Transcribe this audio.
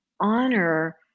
honor